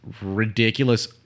ridiculous